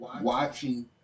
watching